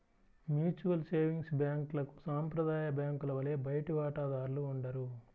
mutual savings బ్యాంక్లకు సాంప్రదాయ బ్యాంకుల వలె బయటి వాటాదారులు ఉండరు